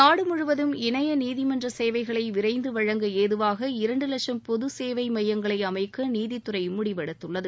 நாடு முழுவதும் இணைய நீதிமன்ற சேவைகளை விரைந்து வழங்க ஏதுவாக இரண்டு லட்சம் பொது சேவை மையங்களை அமைக்க நீதித்துறை முடிவெடுத்துள்ளது